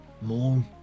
more